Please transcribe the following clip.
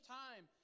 time